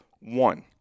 One